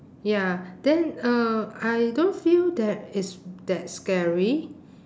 ya then uh I don't feel that it's that scary